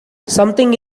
something